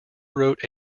wrote